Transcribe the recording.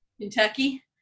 Kentucky